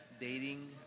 dating